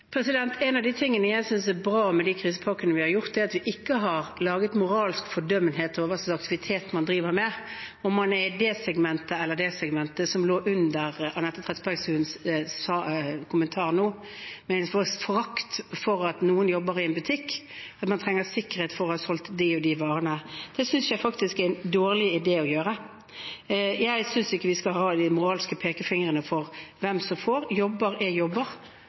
En av de tingene jeg synes er bra med de krisepakkene vi har laget, er at vi ikke har hatt moralsk fordømmelse når det gjelder hva slags aktivitet man driver med, om man er i det segmentet eller det segmentet, som lå under i Anette Trettebergstuens kommentar nå, med en forakt for at noen jobber i en butikk, for at man trenger sikkerhet, for å ha solgt de og de varene. Det synes jeg faktisk det er en dårlig idé å gjøre. Jeg synes ikke vi skal ha den moralske pekefingeren når det gjelder hvem som får – jobber er jobber,